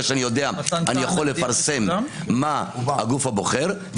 שאני יודע אני יכול לפרסם מה הגוף הבוחר,